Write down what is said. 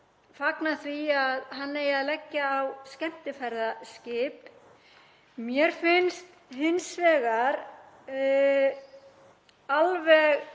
fagna því að hann eigi að leggja á skemmtiferðaskip. Mér finnst hins vegar alveg